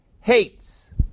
Hates